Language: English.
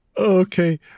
Okay